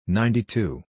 ninety-two